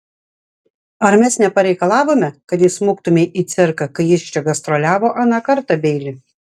ar mes nepareikalavome kad įsmuktumei į cirką kai jis čia gastroliavo aną kartą beili